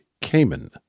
Cayman